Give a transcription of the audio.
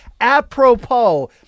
apropos